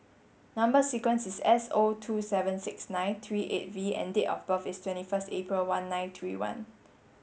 number sequence is S O two seven six nine three eight V and date of birth is twenty first April one nine three one